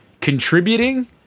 contributing